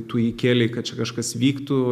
tu jį kėlei kad čia kažkas vyktų